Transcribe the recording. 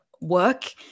work